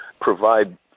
provide